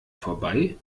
vorbei